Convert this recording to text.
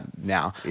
now